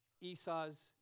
Esau's